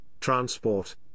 transport